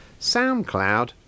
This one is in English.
SoundCloud